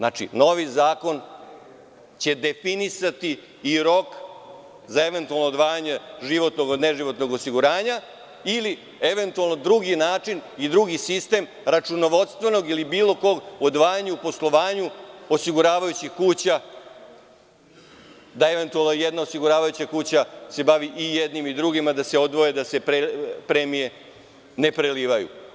Novi zakon će definisati i rok za eventualno odvajanje životnog od neživotnog osiguranja ili drugi način i drugi sistem računovodstvenog ili bilo kog odvajanja u poslovanju osiguravajućih kuća, da eventualno jedna osiguravajuća kuća se bavi i jednim i drugim, da se premije ne prelivaju.